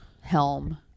helm